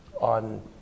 on